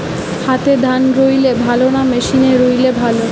হাতে ধান রুইলে ভালো না মেশিনে রুইলে ভালো?